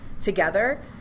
together